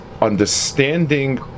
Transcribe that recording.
understanding